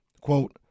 Quote